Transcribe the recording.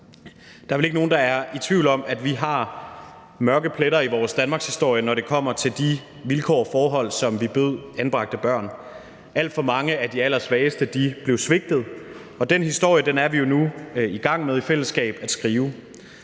Der er vel ikke nogen, der er i tvivl om, at vi har mørke pletter i vores danmarkshistorie, når det kommer til de vilkår og forhold, som vi bød anbragte børn. Alt for mange af de allersvageste blev svigtet, og den historie er vi jo nu i gang med i fællesskab at skrive.